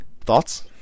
thoughts